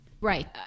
Right